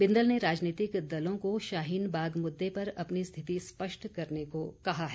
बिंदल ने राजनीतिक दलों को शाहीन बाग मुद्दे पर अपनी स्थिति स्पष्ट करने को कहा है